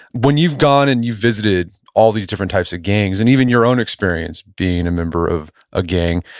when you've gone and you've visited all these different types of gangs, and even your own experience being a member of a gang,